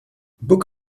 book